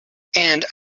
and